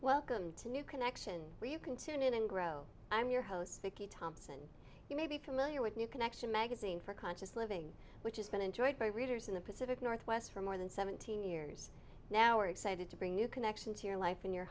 welcome to new connection where you can tune in and grow i'm your host vicky thompson you may be familiar with new connection magazine for conscious living which has been enjoyed by readers in the pacific northwest for more than seventeen years now we're excited to bring new connection to your life in your